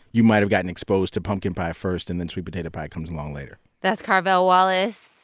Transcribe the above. you might have gotten exposed to pumpkin pie first and then sweet potato pie comes along later that's carvell wallace.